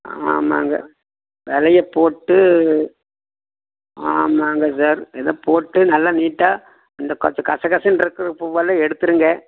ஆமாங்க விலைய போட்டு ஆமாங்க வெ இதை போட்டு நல்ல நீட்டாக இந்த கொஞ்சம் கசகசன்னு இருக்கற பூவெல்லாம் எடுத்துடுங்க